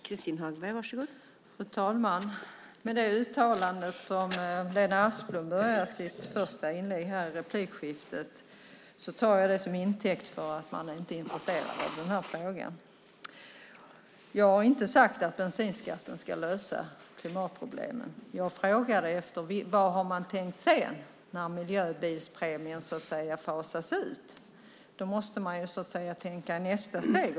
Fru talman! Lena Asplunds uttalande i början av sin första replik i det här replikskiftet tar jag till intäkt för att man inte är intresserad av den här frågan. Jag har inte sagt att bensinskatten ska lösa klimatproblemen, utan jag har frågat vad man har tänkt sig sedan när miljöbilspremien så att säga fasas ut. Då måste man ju tänka på nästa steg.